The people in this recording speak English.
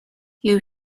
you